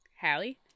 Hallie